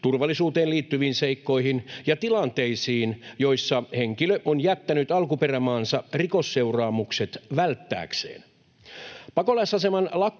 turvallisuuteen liittyviin seikkoihin ja tilanteisiin, joissa henkilö on jättänyt alkuperämaansa rikosseuraamukset välttääkseen. Pakolaisaseman lakkauttamista